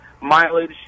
mileage